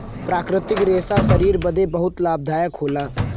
प्राकृतिक रेशा शरीर बदे बहुते लाभदायक होला